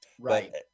right